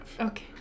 Okay